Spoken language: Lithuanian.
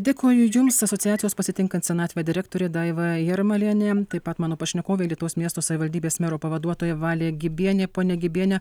dėkoju jums asociacijos pasitinkant senatvę direktorė daiva jarmalienė taip pat mano pašnekovė alytaus miesto savivaldybės mero pavaduotoja valė gibienė ponia gibienė